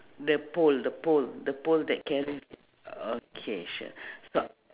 the pole the pole the pole that carry th~ okay sure so